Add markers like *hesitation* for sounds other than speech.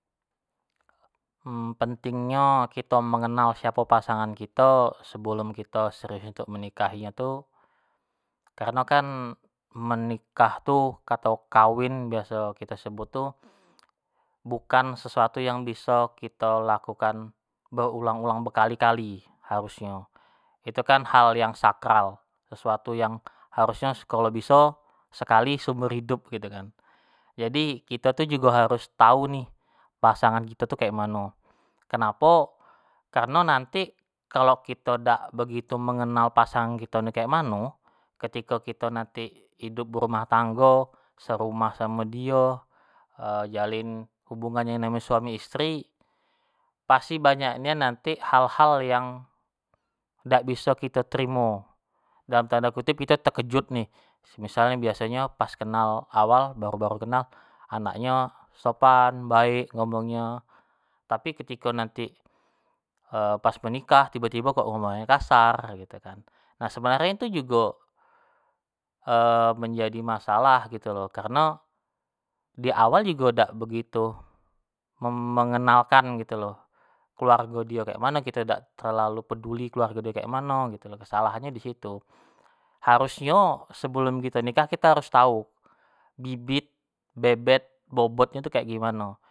*hesitation* penting nyo kito mengenal siapo pasangan kito sebelum kito serius untuk menikahinyo tu, kareno kan menikah tu kato kawin biaso kito sebut tu, bukan suatu yang biso kito lakukan be ulang-ulang, be kali-kali harusnyo, itu kan hal yang sakral, sesuatu yang harus nyo kalo biso sekali seumur hidup gitu kan, jadi kito tu jugo harus tau nih pasangan kito tu kayak mano, kenapo kareno nanti kalo kito dak begitu mengenal pasangan kito ni kayak mano, ketiko kito tu nanti idup berumah tango, serumah samo dio, *hesitation* jalin hubungan yang namonyo suami isteri pasti banyak nian nanti hal-hal yang dak biso kito terimo dalam tanda kutip kito tekejut nih, semisal biasonyo pas kenal awal, baru-baru kenal anak nyo sopan, baek ngomongnyo, tapi ketiko nanti *hesitation* pas menikah tibo-tibo kok ngomongnyo kasar gitu kan, nah sebenarnyo tu jugo *hesitation* menjadi masalah gitu lo, kareno diawal jugo dak begitu mem-mengenalkan gitu lo, keluargo dio kek mano, kito dak terlalu peduli keluargo dio kek mano gitu lo, kesalahannyo disitu, harusnyo sebelum kito nikah kito harus tau bibit, bebet, bobot nyo tu kek gimano.